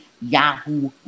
Yahoo